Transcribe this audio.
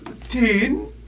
ten